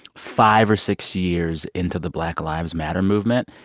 five or six years into the black lives matter movement.